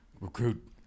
recruit